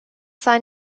saw